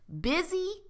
busy